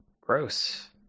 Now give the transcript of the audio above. Gross